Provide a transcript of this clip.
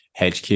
HQ